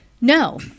No